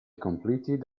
completed